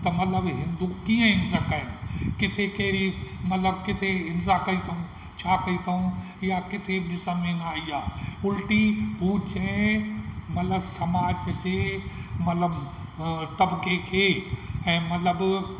त मतलबु हिंदू कीअं हिंसक आहिनि किथे कहिड़ी मतलबु किथे हिंसा कई अथऊं छा कई अथऊं इहा किथे बि ॾिसण में न आई आहे उल्टी हू चए मतलबु समाज जे मतलबु तबिक़े खे ऐं मतलबु